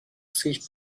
sich